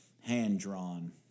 hand-drawn